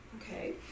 Okay